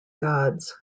gods